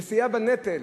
נשיאה בנטל,